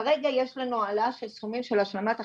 כרגע יש לנו העלאה של סכומים של השלמת הכנסה,